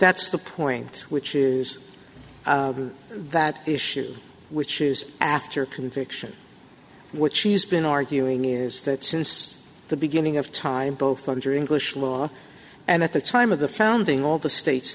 that's the point which is that issue which is after conviction what she's been arguing is that since the beginning of time both under english law and at the time of the founding all the states